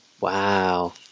Wow